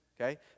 okay